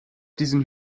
diesen